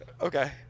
okay